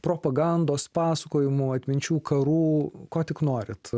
propagandos pasakojimu atminčių karų ko tik norit